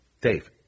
Dave